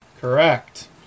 Correct